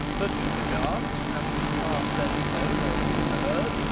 but you, perchance, having in past days known or seen the herd,